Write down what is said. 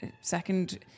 second